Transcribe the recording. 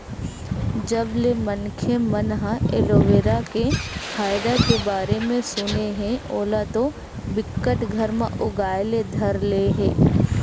जब ले मनखे मन ह एलोवेरा के फायदा के बारे म सुने हे ओला तो बिकट घर म उगाय ले धर ले हे